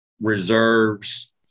reserves